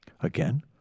Again